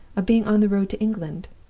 of being on the road to england.